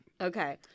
Okay